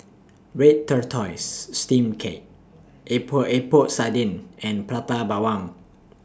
Red Tortoise Steamed Cake Epok Epok Sardin and Prata Bawang